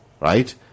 right